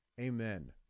Amen